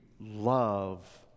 love